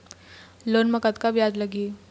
Loan म कतका ब्याज लगही?